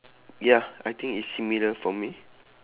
ya I think it's similar for me